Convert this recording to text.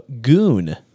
Goon